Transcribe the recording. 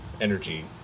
energy